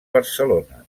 barcelona